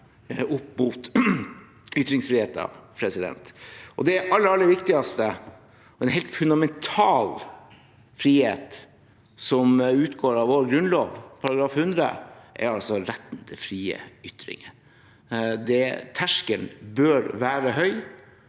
opp mot ytringsfriheten. Det aller viktigste og en helt fundamental frihet som utgår av Grunnloven § 100, er retten til frie ytringer. Terskelen bør være høy